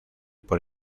por